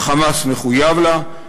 ה"חמאס" מחויב לה,